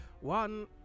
One